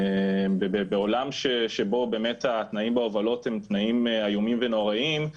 בעולם שבו באמת התנאים בהובלות הם תנאים איומים ונוראים,